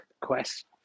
quest